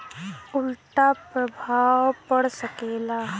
उल्टा प्रभाव पड़ सकेला